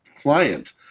client